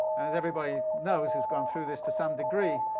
and as everybody knows who's gone through this to some degree,